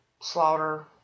slaughter